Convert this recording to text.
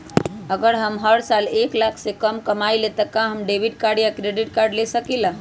अगर हम हर साल एक लाख से कम कमावईले त का हम डेबिट कार्ड या क्रेडिट कार्ड ले सकीला?